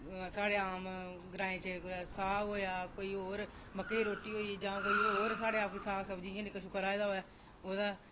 जि'यां साढ़े आम ग्राएं च कुतै साग होएआ जां कोई होर मक्कें दी रुट्टी होई जां कोई होर साढ़े आ कोई साग सब्ज़ी कोई निक्का राहे दा होऐ ओह्दा